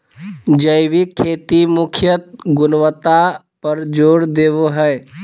जैविक खेती मुख्यत गुणवत्ता पर जोर देवो हय